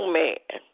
man